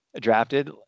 drafted